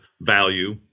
value